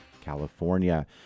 California